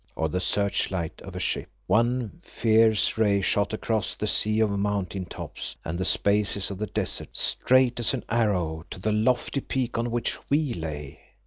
or the search-light of a ship, one fierce ray shot across the sea of mountain tops and the spaces of the desert, straight as an arrow to the lofty peak on which we lay.